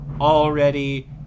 already